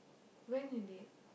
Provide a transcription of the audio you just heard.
when you did